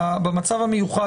במצב המיוחד,